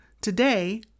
Today